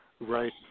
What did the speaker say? Right